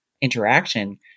interaction